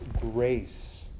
grace